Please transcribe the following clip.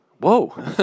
whoa